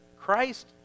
Christ